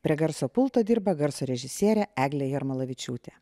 prie garso pulto dirba garso režisierė eglė jarmalavičiūtė